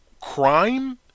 crime